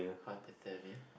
hypothermia